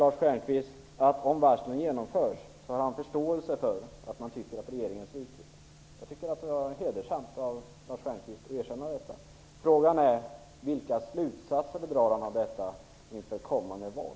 Lars Stjernkvist säger att han, om varslen genomförs, kommer att ha förståelse för att man tycker att regeringen har svikit. Det är hedersamt, Lars Stjernkvist, att erkänna det. Men frågan är: Vilka slutsatser drar Lars Stjernkvist av detta inför kommande val?